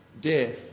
death